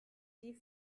die